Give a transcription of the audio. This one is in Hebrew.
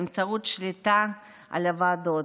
באמצעות שליטה על הוועדות,